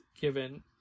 given